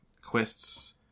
quests